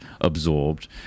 absorbed